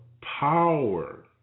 power